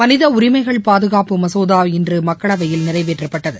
மனித உரிமைகள் பாதுகாப்பு மசோதா இன்று மக்களவையில் நிறைவேற்றப்பட்டது